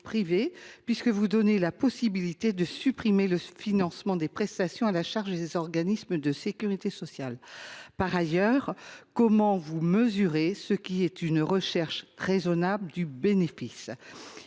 puisque vous ouvrez la possibilité de supprimer le financement des prestations à la charge des organismes de sécurité sociale. Par ailleurs, comment apprécier ce qu’est une « recherche raisonnable du bénéfice »